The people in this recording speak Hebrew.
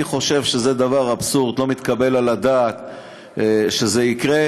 אני חושב שזה אבסורד, לא מתקבל על הדעת שזה יקרה.